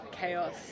chaos